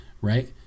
right